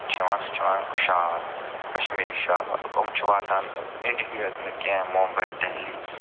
چھِ یِوان سُہ چھِ یِوان شال کَشمیٖری شال یِم چھِ واتان اِنٛڈہی یوت نہٕ کیٚنہہ مُمبَے دہلی